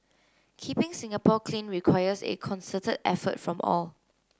keeping Singapore clean requires a concerted effort from all